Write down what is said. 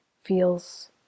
feels